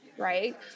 right